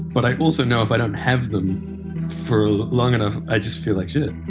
but i also know if i don't have them for long enough i just feel like shit.